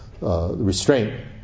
restraint